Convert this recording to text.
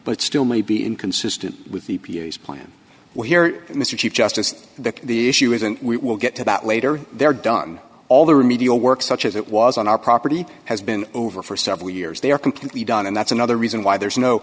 but still may be inconsistent with the plan we hear mr chief justice that the issue is and we will get to that later they are done all the remedial work such as it was on our property has been over for several years they are completely done and that's another reason why there's no